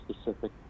specific